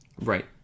Right